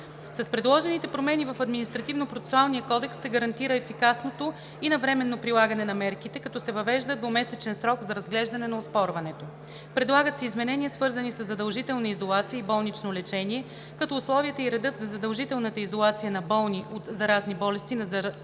С предложените промени в Административнопроцесуалния кодекс се гарантира ефикасното и навременно прилагане на мерките, като се въвежда двумесечен срок за разглеждане на оспорването. Предлагат се изменения, свързани със задължителна изолация и болнично лечение, като условията и редът за задължителната изолация на болни от заразни болести, на заразоносители,